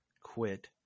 quit